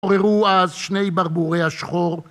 עוררו אז שני ברבורי השחור.